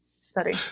study